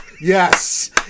Yes